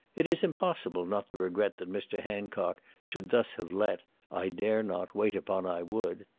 it is impossible not to regret that mr. hancock should thus have let i dare not, wait upon i would.